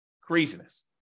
Craziness